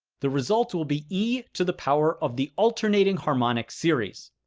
the result will be e to the power of the alternating harmonic series.